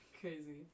crazy